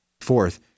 Fourth